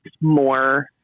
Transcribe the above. more